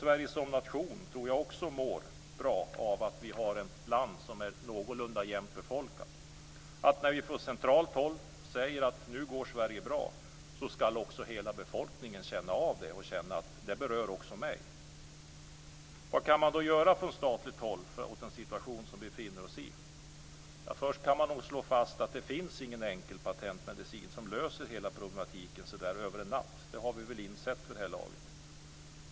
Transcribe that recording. Sverige som nation tror jag också mår bra av att vi har ett land som är någorlunda jämnt befolkat. När vi från centralt håll säger att nu går Sverige bra, ska också hela befolkningen känna av det och känna att det berör också mig. Vad kan man då göra från statligt håll åt den situation som vi befinner oss i? Först kan man nog slå fast att det inte finns någon enkel patentlösning som löser hela problematiken över en natt, det har vi väl insett vid det här laget.